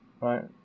right